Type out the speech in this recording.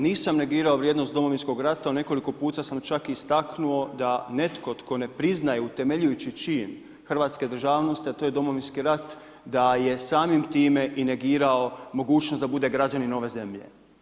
Nisam negirao vrijednost Domovinskog rata, u nekoliko puta sam čak istaknuo da netko tko ne priznaje utemeljujući čin hrvatske državnosti, a to je Domovinski rat, da je samim time i negirao mogućnost da bude građanin ove zemlje.